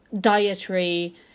dietary